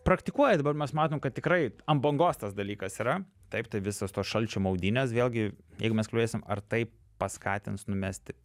praktikuoja dabar mes matom kad tikrai ant bangos tas dalykas yra taip tai visos tos šalčio maudynės vėlgi jeigu mes kalbėsim ar tai paskatins numesti